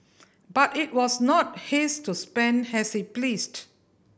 but it was not his to spend as he pleased